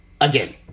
again